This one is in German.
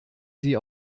sie